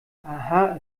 aha